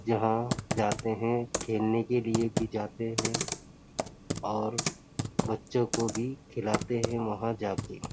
جہاں جاتے ہیں کھیلنے کے لیے بھی جاتے ہیں اور بچوں کو بھی کھلاتے ہیں وہاں جا کے